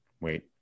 wait